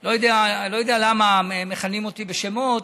לא יודע למה, מכנים אותי בשמות.